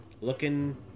Looking